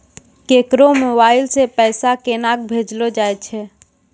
केकरो मोबाइल सऽ पैसा केनक भेजलो जाय छै?